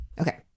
Okay